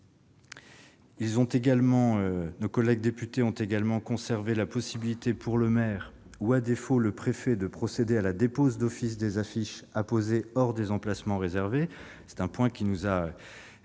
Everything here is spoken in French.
de vingt à quatorze jours. Les députés ont également conservé la possibilité pour le maire ou, à défaut, le préfet de procéder à la dépose d'office des affiches apposées hors des emplacements réservés. Ce point nous a